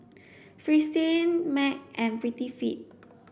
Fristine Mac and Prettyfit